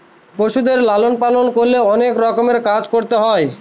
পশুদের লালন পালন করলে অনেক রকমের কাজ করতে হয়